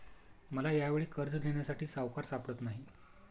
मला यावेळी कर्ज देण्यासाठी सावकार सापडत नाही